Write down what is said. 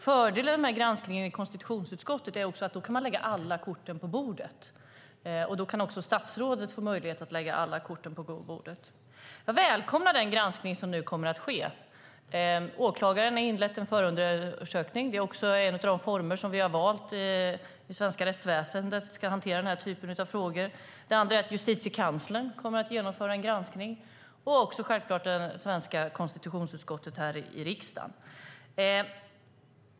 Fördelen med granskningen i konstitutionsutskottet är att man där kan lägga alla kort på bordet. Då kan också statsrådet få möjlighet att lägga alla kort på bordet. Jag välkomnar den granskning som nu kommer att ske. Åklagaren har inlett en förundersökning. Det är också en av de former som vi har valt, alltså att det svenska rättsväsendet ska hantera denna typ av frågor. Justitiekanslern kommer också att genomföra en granskning. Självklart kommer även konstitutionsutskottet här i riksdagen att genomföra en granskning.